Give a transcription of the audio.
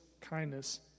kindness